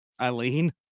Eileen